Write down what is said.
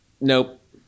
nope